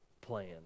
plan